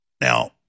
Now